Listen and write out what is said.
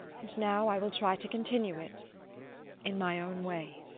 and now i will try to continue it in my own way.